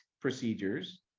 procedures